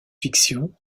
fiction